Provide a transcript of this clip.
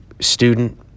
student